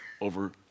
over